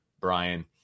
Brian